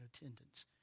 attendance